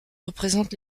représentent